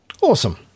Awesome